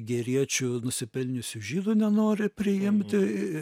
geriečių nusipelniusių žydų nenori priimti